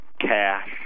cash